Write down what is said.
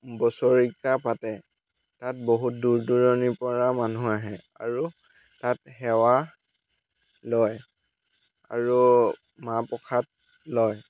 বছৰেকীয়া পাতে তাত বহুত দূৰ দূৰণিৰ পৰা মানুহ আহে আৰু তাত সেৱা লয় আৰু মাহ প্ৰসাদ লয়